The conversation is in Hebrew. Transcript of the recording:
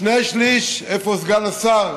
שני שלישים, איפה סגן השר?